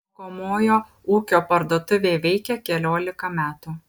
mokomojo ūkio parduotuvė veikia keliolika metų